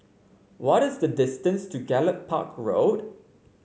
what is the distance to Gallop Park Road